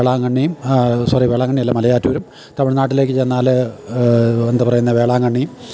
വേളാങ്കണ്ണിയും sorry വേളാങ്കണ്ണിയല്ല മലയാറ്റൂരും തമിഴ്നാട്ടിലേക്കു ചെന്നാല് എന്താ പറയുന്നെ വേളാങ്കണ്ണിയും